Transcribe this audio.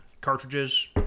cartridges